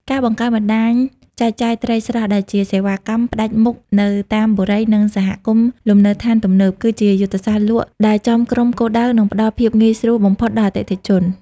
ការបង្កើតបណ្តាញចែកចាយត្រីស្រស់ដែលជាសេវាកម្មផ្ដាច់មុខនៅតាមបុរី និងសហគមន៍លំនៅដ្ឋានទំនើប គឺជាយុទ្ធសាស្ត្រលក់ដែលចំក្រុមគោលដៅ និងផ្ដល់ភាពងាយស្រួលបំផុតដល់អតិថិជន។